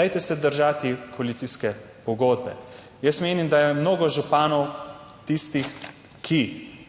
dajte se držati koalicijske pogodbe. Jaz menim, da je mnogo županov tistih, ki